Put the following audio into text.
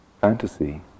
fantasy